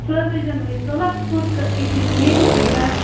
ژٕ حظ ٲسۍزٮ۪ن وٕ یہِ تُلان تھوٚد تہٕ أتی نیرٮ۪س یہِ ڈَر